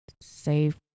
Save